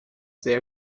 sehr